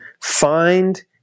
find